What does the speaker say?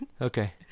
Okay